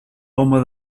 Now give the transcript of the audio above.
home